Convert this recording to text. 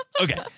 Okay